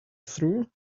through